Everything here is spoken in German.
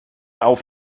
auf